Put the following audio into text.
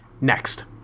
Next